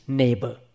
neighbor